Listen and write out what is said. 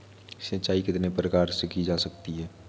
सिंचाई कितने प्रकार से की जा सकती है?